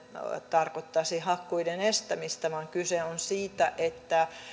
tarkoittaisi hakkuiden estämistä vaan kyse on siitä että